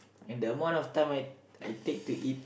and the amount of time I I take to eat